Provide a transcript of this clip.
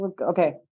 Okay